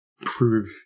prove